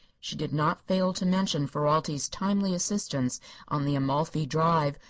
she did not fail to mention ferralti's timely assistance on the amalfi drive,